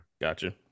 Gotcha